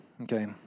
Okay